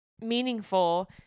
meaningful